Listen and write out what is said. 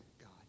God